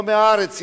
או מהארץ,